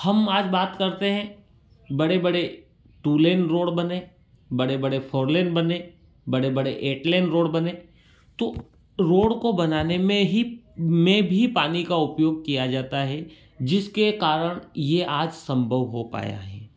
हम आज बात करते हैं बड़े बड़े टू लेन रोड़ बने बड़े बड़े फोर लेन बने बड़े बड़े एट लेन रोड़ बने तो रोड़ को बनाने में ही में भी पानी का उपयोग किया जाता है जिसके कारण ये आज सम्भव हो पाया है